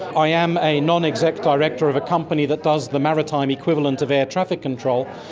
i am a non-executive director of a company that does the maritime equivalent of air traffic control,